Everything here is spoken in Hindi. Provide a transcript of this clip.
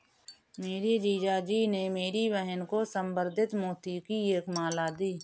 मेरे जीजा जी ने मेरी बहन को संवर्धित मोती की एक माला दी है